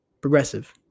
progressive